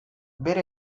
bere